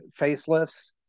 facelifts